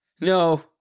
no